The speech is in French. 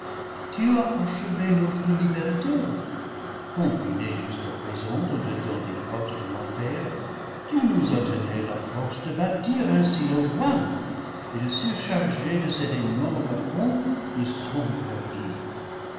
tu as achevé notre liberté confinés jusqu'à présent au-dedans des portes de l'enfer tu nous as donné la force de bâtir ainsi au loin et de surcharger de cet énorme pont le sombre